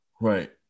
Right